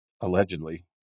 allegedly